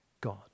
God